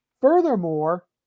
Furthermore